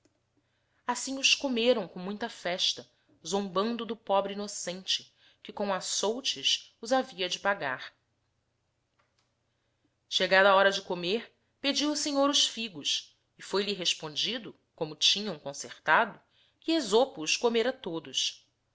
assim os comerão com muita festa zombando do pobre innocente que com açoutes os havia de pagar cliegada a liora de comer pedio o senhor os figos e foi-lhe respondido como tinhão concertado que esopo os comera todos